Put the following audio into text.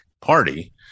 party